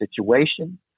situation